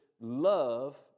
love